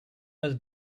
was